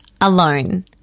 alone